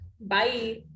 Bye